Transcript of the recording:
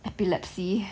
epilepsy